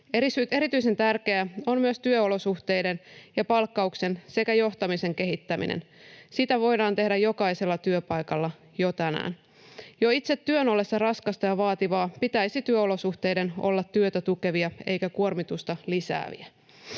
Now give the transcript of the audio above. Erityisen tärkeää on myös työolosuhteiden ja palkkauksen sekä johtamisen kehittäminen. Sitä voidaan tehdä jokaisella työpaikalla jo tänään. Jo itse työn ollessa raskasta ja vaativaa pitäisi työolosuhteiden olla työtä tukevia eikä kuormitusta lisääviä.